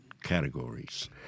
Categories